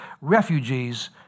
refugees